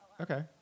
Okay